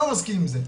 לא מסכים עם זה,